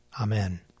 Amen